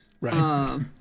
right